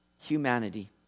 humanity